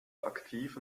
aktiv